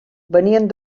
venien